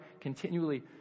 continually